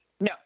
No